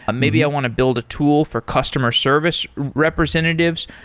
ah maybe i want to build a tool for customer service representatives.